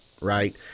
right